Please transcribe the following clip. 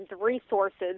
resources